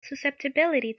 susceptibility